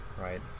right